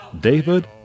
David